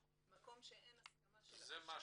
מקום שאין הסכמת התושב,